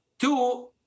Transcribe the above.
Two